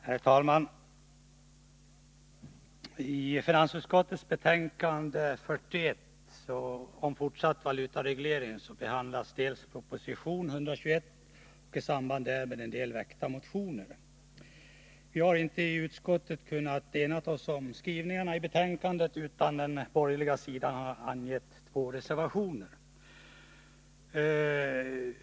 Herr talman! I finansutskottets betänkande 41 om fortsatt valutareglering behandlas proposition 121, och i samband därmed en del väckta motioner. Vi har i utskottet inte kunnat ena oss om skrivningarna i betänkandet, utan den borgerliga sidan har avgett två reservationer.